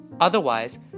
Otherwise